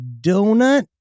donut